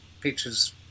pictures